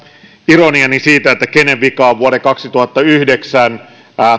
ironiani siitä kenen vika on vuoden kaksituhattayhdeksän